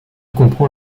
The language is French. comprend